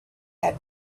had